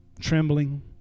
trembling